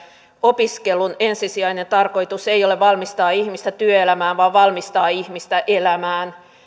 opiskelun ensisijainen tarkoitus ei ole valmistaa ihmistä työelämään vaan valmistaa ihmistä elämään